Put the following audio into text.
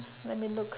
let me look